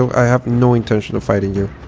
i have no intention of fighting you.